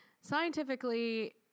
scientifically